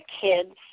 kids